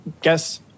guess